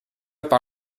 par